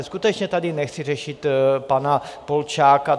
Skutečně tady nechci řešit pana Polčáka.